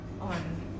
on